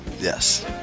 yes